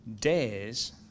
dares